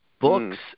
books